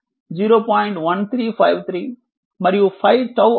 1353 మరియు 5𝜏 అయినప్పుడు ఇది 0